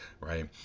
right